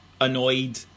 annoyed